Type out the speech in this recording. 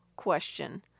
question